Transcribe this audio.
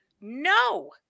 No